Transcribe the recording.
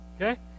Okay